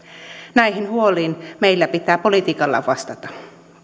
näihin huoliin meillä pitää politiikalla vastata